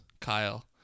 Kyle